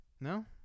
No